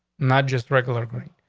not just regular going.